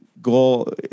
goal